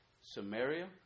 Samaria